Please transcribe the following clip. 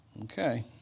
Okay